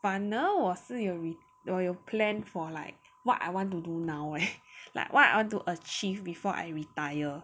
反而我是有我有 plan for like what I want to do now leh like what I want to achieve before I retire